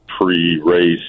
pre-race